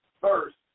first